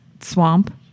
swamp